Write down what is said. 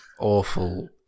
awful